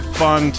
fun